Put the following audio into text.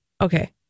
Okay